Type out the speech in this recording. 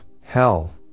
hell